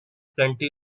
plenty